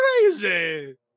crazy